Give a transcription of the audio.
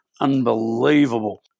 unbelievable